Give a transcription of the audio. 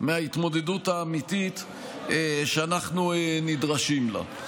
מההתמודדות האמיתית שאנחנו נדרשים לה.